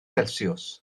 celsius